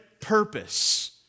purpose